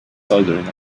soldering